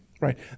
right